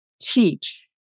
teach